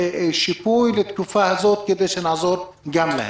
שיפוי לתקופה הזאת, כדי שנעזור גם להם.